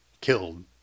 killed